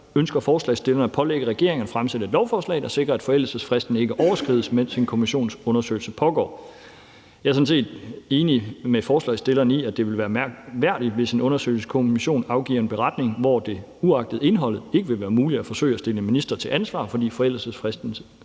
ønsker forslagsstillerne at pålægge regeringen at fremsætte et lovforslag, der sikrer, at forældelsesfristen ikke overskrides, mens en kommissionsundersøgelse pågår. Jeg er sådan set enig med forslagsstillerne i, at det vil være mærkværdigt, hvis en undersøgelseskommission afgiver en beretning, hvor det, uagtet indholdet, ikke vil være muligt at forsøge at stille en minister til ansvar, fordi forældelsesfristen